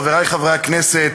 חברי חברי הכנסת,